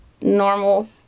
normal